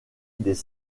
des